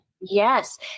Yes